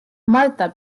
martha